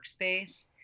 workspace